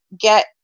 get